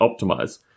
optimize